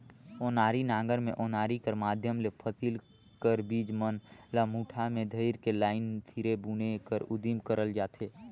ओनारी नांगर मे ओनारी कर माध्यम ले फसिल कर बीज मन ल मुठा मे धइर के लाईन सिरे बुने कर उदिम करल जाथे